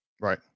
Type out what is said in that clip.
Right